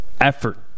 effort